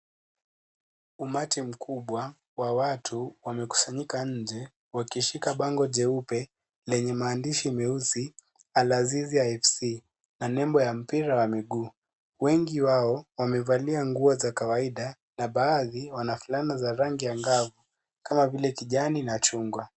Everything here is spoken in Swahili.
Umati mkubwa wa watu wamekusanyika nje wakishika bango jeupe lenye maandishi meusi "Aahasisi FC" na nembo ya mpira wa mguu. Wengi wao wamevalia nguo za kawaida na baadhi wana fulana za rangi ya ngavu kama vile kijani na chungwa.